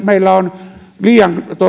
meillä on liian